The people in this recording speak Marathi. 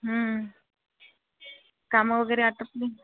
कामं वगैरे आटोपली